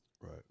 Right